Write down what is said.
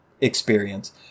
experience